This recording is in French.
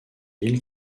île